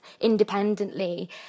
independently